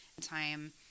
time